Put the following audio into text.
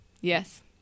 Yes